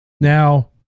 Now